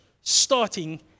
starting